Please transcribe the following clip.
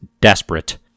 desperate